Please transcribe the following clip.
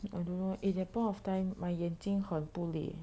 I don't know eh that point of time my 眼睛很不累